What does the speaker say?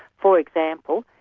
for example,